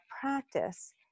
practice